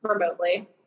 remotely